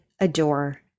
adore